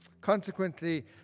Consequently